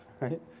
Right